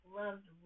loved